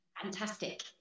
fantastic